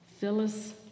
Phyllis